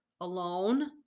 alone